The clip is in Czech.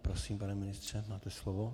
Prosím, pane ministře, máte slovo.